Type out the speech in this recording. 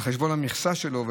על חשבון המכסה שלו,